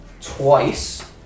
twice